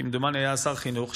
כמדומני הוא היה שר החינוך,